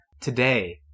today